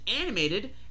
animated